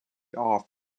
off